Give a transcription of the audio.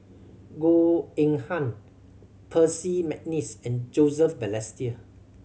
Goh Eng Han Percy McNeice and Joseph Balestier